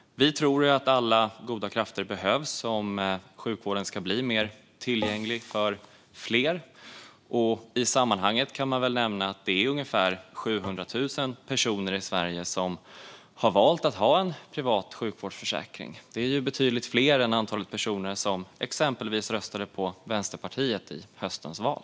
Vi tror att alla goda krafter behövs om sjukvården ska bli mer tillgänglig för fler. I sammanhanget kan man nämna att ungefär 700 000 personer i Sverige har valt att ha en privat sjukvårdsförsäkring. Det är betydligt fler än antalet personer som exempelvis röstade på Vänsterpartiet i höstens val.